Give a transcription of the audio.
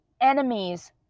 enemies